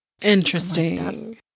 Interesting